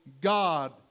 God